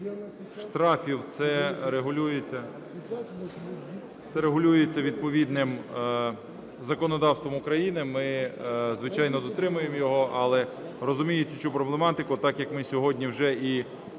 штрафів. Це регулюється відповідним законодавством України, ми, звичайно, дотримуємося його. Але, розуміючи цю проблематику, так, як ми сьогодні вже і